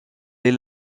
les